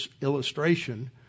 illustration